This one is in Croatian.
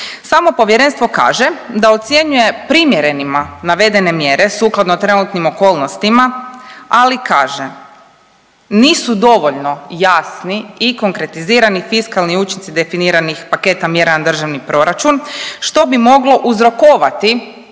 Samo povjerenstvo kaže da ocjenjuje primjerenima navedene mjere sukladno trenutnim okolnostima, ali kaže nisu dovoljno jasni i konkretizirani fiskalni učinci definiranih paketa mjera na Državni proračun što bi moglo uzrokovati